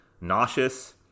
nauseous